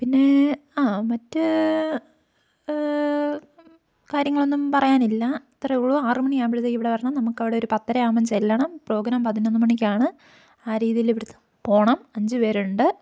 പിന്നേ ആ മറ്റ് കാര്യങ്ങളൊന്നും പറയാനില്ല ഇത്രയേ ഉള്ളു ആറു മണിയാകുമ്പോഴത്തേക്കും ഇവിടെ വരണം നമുക്ക് അവിടെ ഒരു പത്തരയാകുമ്പോൾ ചെല്ലണം പ്രോഗ്രാം പതിനൊന്ന് മണിക്കാണ് ആ രീതിയിൽ ഇവിടെ നിന്ന് പോകണം അഞ്ച് പേരുണ്ട്